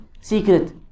secret